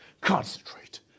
concentrate